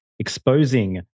Exposing